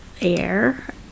air